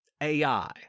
AI